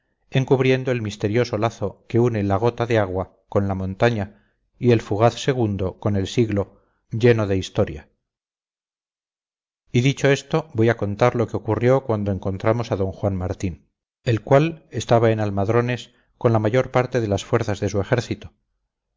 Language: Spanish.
encubriendo el misterioso lazo que une la gota de agua con la montaña y el fugaz segundo con el siglo lleno de historia y dicho esto voy a contar lo que ocurrió cuando encontramos a d juan martín el cual estaba en almadrones con la mayor parte de las fuerzas de su ejército